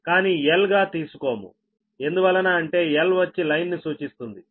కానీ L గా తీసుకోము ఎందువలన అంటే L వచ్చి లైన్ ను సూచిస్తుంది